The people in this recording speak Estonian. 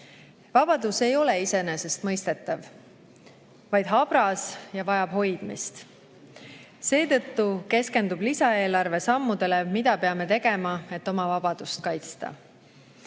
Vabadus ei ole iseenesestmõistetav, vaid habras ja vajab hoidmist. Seetõttu keskendub lisaeelarve sammudele, mida peame tegema, et oma vabadust kaitsta.